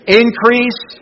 increase